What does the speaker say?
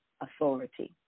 authority